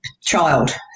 child